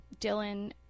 Dylan